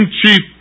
chief